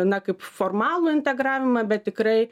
na kaip formalų integravimą bet tikrai